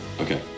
Okay